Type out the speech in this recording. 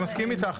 אני מסכים איתך.